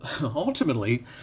ultimately